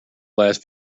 last